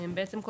בעצם,